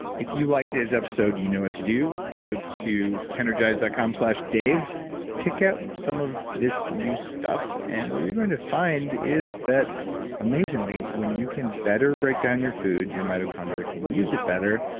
if you liked his episode, do you know what to do, go to kenergize dot com slash dave pick up some of this new stuff and what you're going to find is that amazingly, when you can better break down your food, your mitochondria can use it better,